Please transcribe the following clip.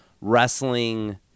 wrestling